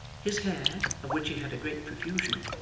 his hair, of which he had a great profusion,